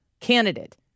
candidate